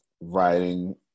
writing